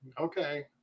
Okay